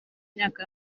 myaka